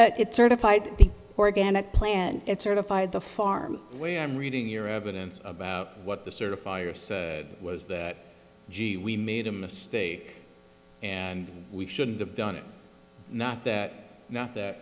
it certified organic plant it certified the farm where i am reading your evidence about what the certifier say was that gee we made a mistake and we shouldn't have done it not that not that